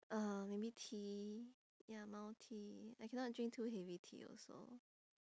uh maybe tea ya mild tea I cannot drink too heavy tea also